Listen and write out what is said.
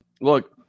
look